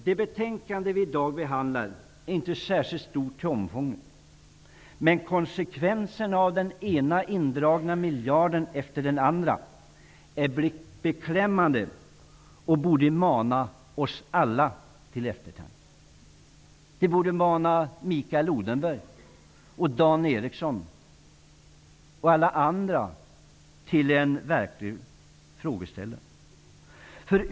Det betänkande vi i dag behandlar är inte särskilt stort till omfånget, men konsekvenserna av den ena indragna miljarden efter den andra är beklämmande och borde mana oss alla till eftertanke. Det borde mana Mikael Odenberg, Dan Eriksson och alla andra till en verklig tankeställare.